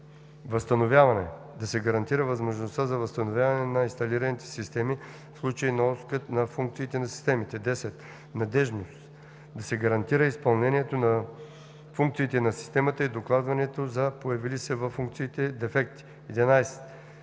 възстановяване – да се гарантира възможността за възстановяване на инсталираните системи в случай на отказ на функциите на системите; 10. надеждност – да се гарантира изпълнението на функциите на системата и докладването за появили се във функциите дефекти; 11.